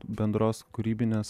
bendros kūrybinės